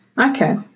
Okay